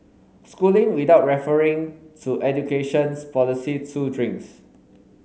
schooling without referring to educations policy two drinks